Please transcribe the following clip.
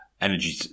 energy